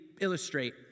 illustrate